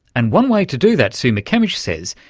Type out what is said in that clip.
and one way to do that, sue mckemmish says,